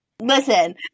Listen